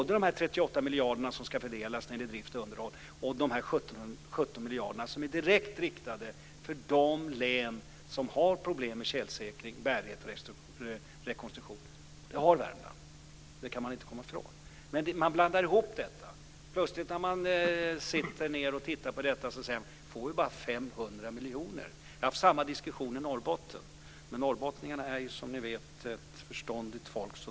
De 38 miljarderna som ska fördelas till drift och underhåll och de 17 miljarder som är direkt riktade till de län som har problem med tjälsäkring, bärighet och rekonstruktion - och det har Värmland, det kan man inte komma ifrån - blandas ihop. När man sitter ned och tittar på detta säger man: Får vi bara 500 miljoner? Vi har samma diskussion i Norrbotten. Men norrbottningarna är som ni vet ett förståndigt folk.